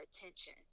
attention